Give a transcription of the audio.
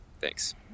Thanks